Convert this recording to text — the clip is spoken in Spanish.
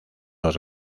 los